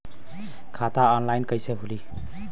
खाता ऑनलाइन कइसे खुली?